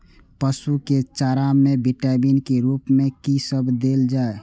पशु के चारा में विटामिन के रूप में कि सब देल जा?